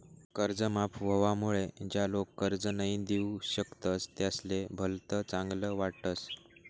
कर्ज माफ व्हवामुळे ज्या लोक कर्ज नई दिऊ शकतस त्यासले भलत चांगल वाटस